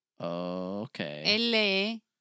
Okay